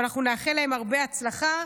ואנחנו נאחל להם הרבה הצלחה.